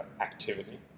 activity